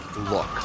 Look